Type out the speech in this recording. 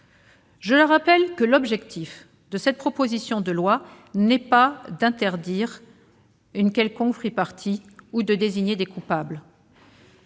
le rappelle, l'objectif de cette proposition de loi n'est pas d'interdire une quelconque free-party ou de désigner des coupables,